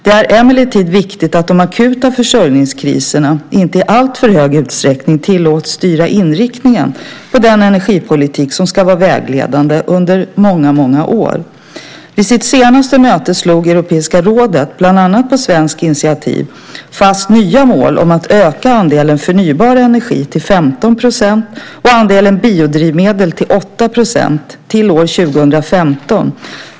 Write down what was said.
Det är emellertid viktigt att de akuta försörjningskriserna inte i alltför hög utsträckning tillåts styra inriktningen på den energipolitik som ska vara vägledande under många år. Vid sitt senaste möte slog Europeiska rådet, bland annat på svenskt initiativ, fast nya mål om att öka andelen förnybar energi till 15 % och andelen biodrivmedel till 8 % till år 2015.